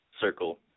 circle